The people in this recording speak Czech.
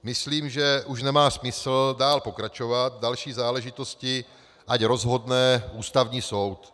Myslím, že už nemá smysl dál pokračovat, další záležitosti ať rozhodne Ústavní soud.